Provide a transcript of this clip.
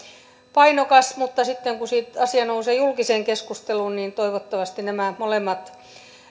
painokasta mutta sitten kun asia nousee julkiseen keskusteluun niin toivottavasti nämä molemmat